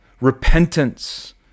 repentance